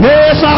Yes